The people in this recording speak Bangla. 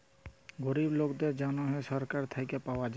গরিব লকদের জ্যনহে ছরকার থ্যাইকে পাউয়া যায়